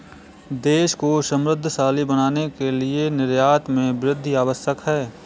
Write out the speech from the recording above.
देश को समृद्धशाली बनाने के लिए निर्यात में वृद्धि आवश्यक है